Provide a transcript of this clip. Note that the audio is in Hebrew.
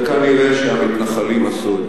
וכנראה המתנחלים עשו.